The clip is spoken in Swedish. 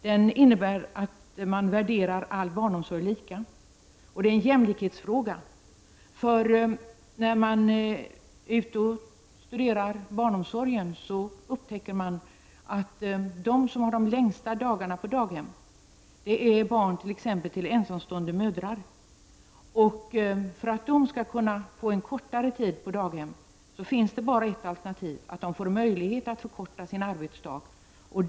Det innebär att man värderar all barnomsorg lika. Det är en jämlikhetsfråga. När man studerar barnomsorgen upptäcker man att de som har de längsta dagarna på daghem är barn t.ex. till ensamstående mödrar. För att dessa skall kunna få en kortare tid på daghem finns det bara ett alternativ, och det är att föräldrarna får möjlighet att förkorta sin arbetsdag.